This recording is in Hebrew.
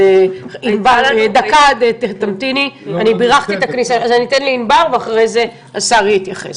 אז אני אתן לענבר ואחרי זה השר יתייחס.